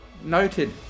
Noted